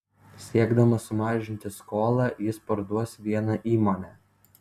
siekdamas sumažinti skolą jis parduos vieną įmonę